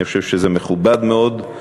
אני חושב שזה מכובד מאוד.